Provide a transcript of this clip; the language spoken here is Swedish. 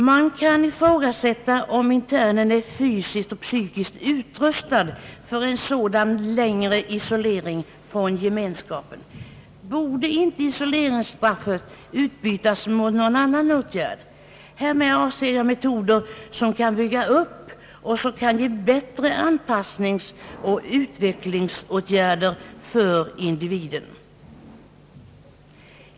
Man kan ifrågasätta om internen är fysiskt och psykiskt rustad för en sådan längre isolering från gemenskapen. Borde inte isoleringsstraffet utbytas mot någon annan åtgärd? Härmed avser jag metoder som kan bygga upp och som kan innebära bättre anpassningsoch utvecklingsåtgärder för individen.